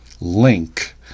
link